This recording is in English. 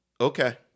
Okay